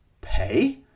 Pay